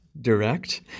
direct